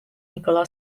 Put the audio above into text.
nicola